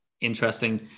interesting